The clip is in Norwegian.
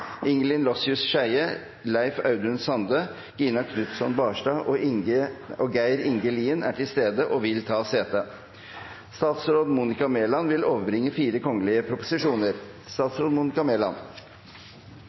Ingelinn Lossius-Skeie, Leif Audun Sande, Gina Knutson Barstad og Geir Inge Lien er til stede og vil ta sete. Representanten Lene Vågslid vil